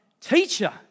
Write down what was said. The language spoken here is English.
Teacher